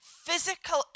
physical